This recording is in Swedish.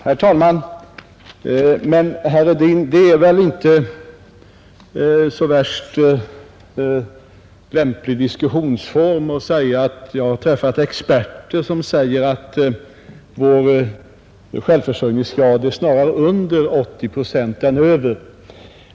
Herr talman! Men, herr Hedin, det är väl inte så värst övertygande att påstå att man har träffat experter, som säger att vår självförsörjningsgrad snarare är under 80 procent än över.